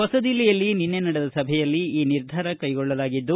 ಹೊಸದಿಲ್ಲಿಯಲ್ಲಿ ನಿನ್ನೆ ನಡೆದ ಸಭೆಯಲ್ಲಿ ಈ ನಿರ್ಧಾರ ಕೈಗೊಳ್ಳಲಾಗಿದ್ದು